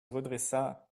redressa